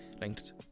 linked